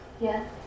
Yes